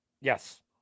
yes